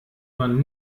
man